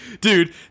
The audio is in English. Dude